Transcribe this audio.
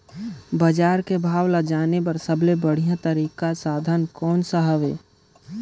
बजार के भाव ला जाने बार सबले बढ़िया तारिक साधन कोन सा हवय?